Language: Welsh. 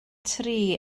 tri